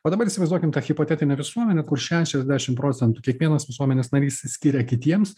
o dabar įsivaizduokim tą chipotetinę visuomenę kur šešiasdešim procentų kiekvienas visuomenės narys skiria kitiems